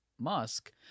Musk